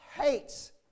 hates